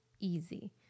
easy